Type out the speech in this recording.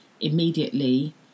immediately